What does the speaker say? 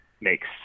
makes